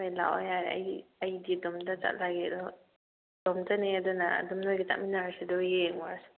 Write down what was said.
ꯍꯣꯏ ꯂꯥꯛꯑꯣ ꯌꯥꯔꯦ ꯑꯩꯗꯤ ꯏꯇꯣꯝꯇ ꯆꯠꯂꯒꯦ ꯑꯗꯨꯒ ꯏꯇꯣꯝꯇꯅꯤ ꯑꯗꯨꯅ ꯑꯗꯨꯝ ꯅꯣꯏꯒ ꯆꯠꯃꯤꯟꯅꯔꯁꯤ ꯑꯗꯨꯒ ꯌꯦꯡꯂꯨꯔꯁꯤ